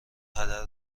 هدر